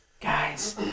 Guys